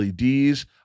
LEDs